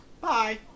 Bye